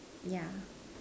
yeah